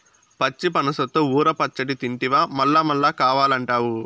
పచ్చి పనసతో ఊర పచ్చడి తింటివా మల్లమల్లా కావాలంటావు